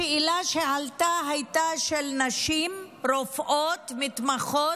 השאלה שעלתה הייתה של נשים, רופאות, מתמחות,